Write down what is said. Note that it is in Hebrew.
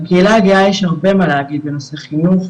לקהילה הגאה יש הרבה מה להגיד בנושא חינוך,